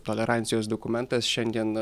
tolerancijos dokumentas šiandien